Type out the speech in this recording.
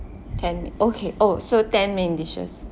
can okay oh so ten main dishes